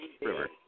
river